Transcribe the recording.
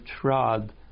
trod